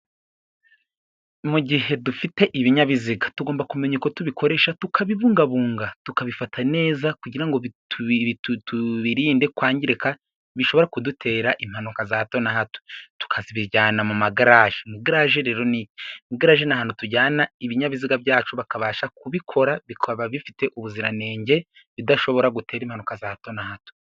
Mu gihe dufite ibinyabiziga tugomba kumenya uko tubikoresha tukabibungabunga tukabifata neza. kugirango tubirinde kwangirika bishobora kudutera impanuka za hato na hato tukabijyana mu magarage. Igaraje rero n'iki? Igaraje n'ahantu tujyana ibinyabiziga byacu bakabasha kubikora bikaba bifite ubuziranenge bidashobora gutera impanuka za hato na hato.